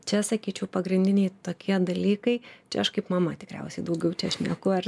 čia sakyčiau pagrindiniai tokie dalykai čia aš kaip mama tikriausiai daugiau čia šneku ar